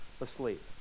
asleep